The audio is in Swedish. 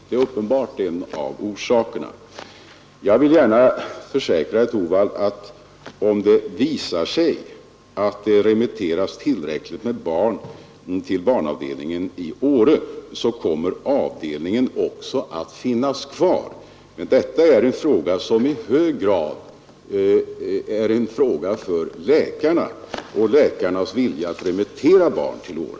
Det är uppenbarligen en av orsakerna. Jag vill gärna försäkra herr Torwald att barnavdelningen i Åre, om det visar sig att det remitteras tillräckligt med barn dit, också kommer att finnas kvar. Men denna fråga är i hög grad beroende av läkarna och deras vilja att remittera barnen till Åre.